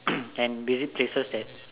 and visit places that